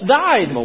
died